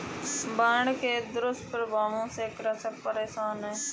बाढ़ के दुष्प्रभावों से कृषक परेशान है